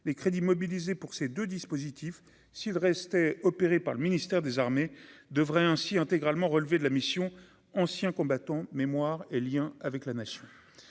les crédits mobilisés pour ces 2 dispositifs s'il restait opérée par le ministère des Armées devrait ainsi intégralement relever de la mission Anciens combattants, mémoire et Liens avec la nation,